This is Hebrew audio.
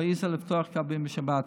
לא העזה לפתוח קווים בשבת.